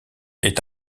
est